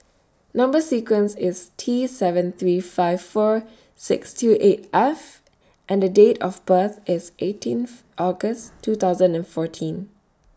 Number sequence IS T seven three five four six two eight F and Date of birth IS eighteenth August two thousand and fourteen